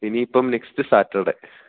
ഇനിയിപ്പം next Saturday